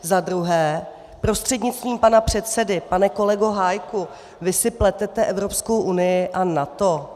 Za druhé prostřednictvím pana předsedy pane kolego Hájku, vy si pletete Evropskou unii a NATO?